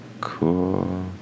cool